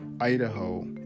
Idaho